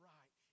Right